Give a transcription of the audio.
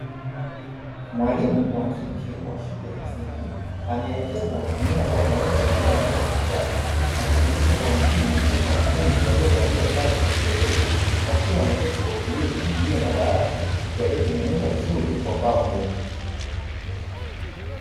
Mwalimu wa kike wa shule ya msingi anaelekeza kutumia ubao mweusi ulioandikwa kwa chaki, akifundisha kwa makini huku wanafunzi waliovalia sare za kupendeza, wakiwa wameketi kwa utulivu juu ya madawati yaliyotengenezwa vizuri kwa mbao ngumu.